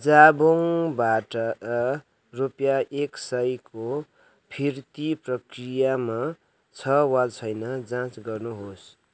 जाबोङ्गबाट रुपियाँ एक सयको फिर्ती प्रक्रियामा छ वा छैन जाँच गर्नुहोस्